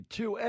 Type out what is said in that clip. two